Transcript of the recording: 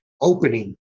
opening